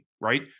right